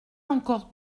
encore